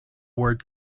word